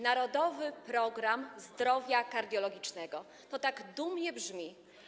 Narodowy Program Zdrowia Kardiologicznego - to tak dumnie brzmi.